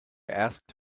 asked